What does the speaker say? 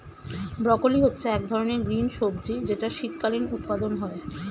broccoli হচ্ছে এক ধরনের গ্রিন সবজি যেটার শীতকালীন উৎপাদন হয়ে